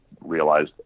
realized